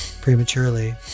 prematurely